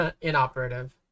inoperative